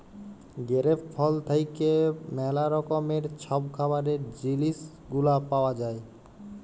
grape ফল থ্যাইকে ম্যালা রকমের ছব খাবারের জিলিস গুলা পাউয়া যায়